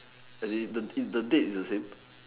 as in the the date is the same